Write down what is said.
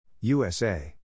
USA